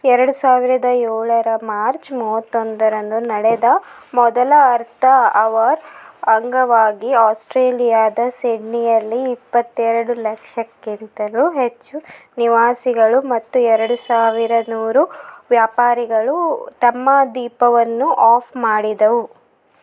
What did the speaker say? ಎರಡು ಸಾವಿರದ ಏಳರ ಮಾರ್ಚ್ ಮೂವತ್ತೊಂದರಂದು ನಡೆದ ಮೊದಲ ಅರ್ಥ್ ಅವರ್ ಅಂಗವಾಗಿ ಆಸ್ಟ್ರೇಲಿಯಾದ ಸಿಡ್ನಿಯಲ್ಲಿ ಇಪ್ಪತ್ತೆರಡು ಲಕ್ಷಕ್ಕಿಂತಲೂ ಹೆಚ್ಚು ನಿವಾಸಿಗಳು ಮತ್ತು ಎರಡು ಸಾವಿರ ನೂರು ವ್ಯಾಪಾರಿಗಳು ತಮ್ಮ ದೀಪವನ್ನು ಆಫ್ ಮಾಡಿದವು